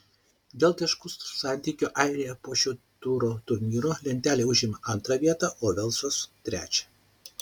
dėl taškų santykio airija po šio turo turnyro lentelėje užima antrą vietą o velsas trečią